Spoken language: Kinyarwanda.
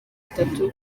itatu